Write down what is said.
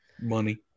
Money